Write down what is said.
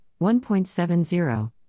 1.70